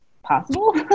possible